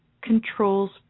Controls